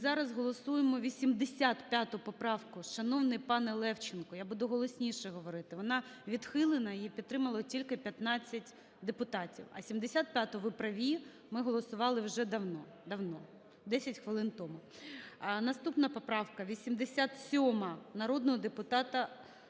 зараз голосуємо 85 поправку. Шановний пане Левченко, я буду голосніше говорити. Вона відхилена, її підтримали тільки 15 депутатів, а 75-у, ви праві, ми голосували вже давно, давно, десять хвилин тому. Наступна поправка 87 народного депутата